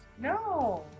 No